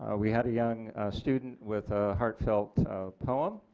ah we had a young student with a heartfelt poem,